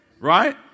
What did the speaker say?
Right